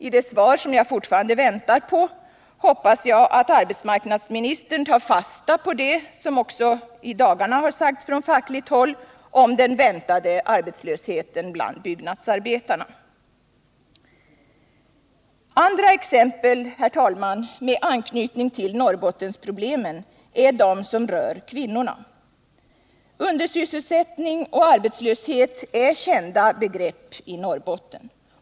I det svar jag fortfarande väntar på hoppas jag att arbetsmarknadsministern tar fasta på det som från fackligt håll i dagarna sagts om den väntade arbetslösheten bland byggnadsarbetarna. Andra exempel med anknytning till Norrbottensproblemen rör kvinnorna. Undersysselsättning och arbetslöshet är kända begrepp i Norrbotten.